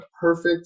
perfect